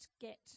get